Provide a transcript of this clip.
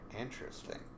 Interesting